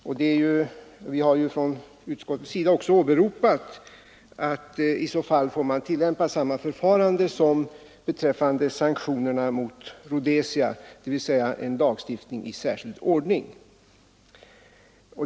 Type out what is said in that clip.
Från utskottets sida har vi sagt att i de fall som kan bli aktuella får man tillämpa samma förfarande som när det gällde sanktionerna mot Rhodesia, dvs. en lagstiftning i särskild ordning.